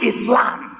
Islam